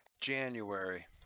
January